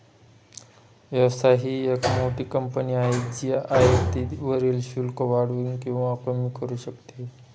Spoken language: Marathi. व्यवसाय ही एक मोठी कंपनी आहे जी आयातीवरील शुल्क वाढवू किंवा कमी करू शकते